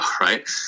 right